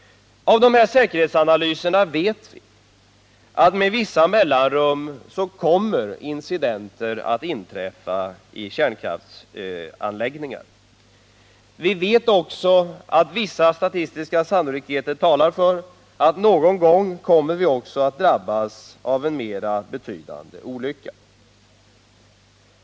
Av dessa säkerhetsanalyser vet vi att incidenter med vissa mellanrum kommer att inträffa i kärnkraftsanläggningar. Vi vet också att vissa statistiska sannolikheter talar för att vi någon gång även kommer att drabbas av en mer betydande olycka.